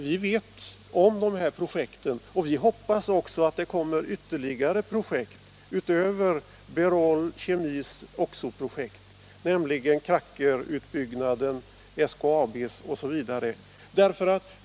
Vi vet om dessa projekt, och vi hoppas också att det kommer ytterligare projekt utöver Berol Kemis projekt, nämligen krackerutbyggnaden, SKAB:s projekt osv.